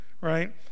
right